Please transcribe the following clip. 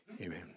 Amen